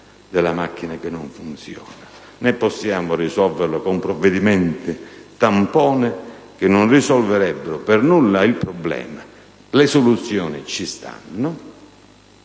della macchina che non funziona; né possiamo risolverlo con provvedimenti tampone che non risolverebbero per nulla il problema, mentre le soluzioni ci sono.